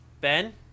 Ben